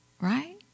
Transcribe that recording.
right